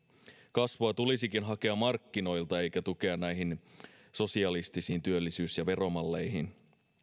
kasvua tulisikin hakea markkinoilta eikä tukea näihin sosialistisiin työllisyys ja veromalleihin